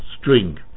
string